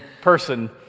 person